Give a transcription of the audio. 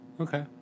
Okay